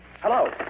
Hello